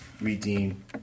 redeem